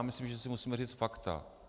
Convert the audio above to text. Myslím, že si musíme říci fakta.